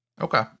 Okay